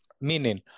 Meaning